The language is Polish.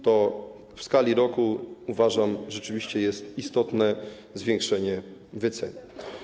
To w skali roku, uważam, rzeczywiście jest istotne zwiększenie wyceny.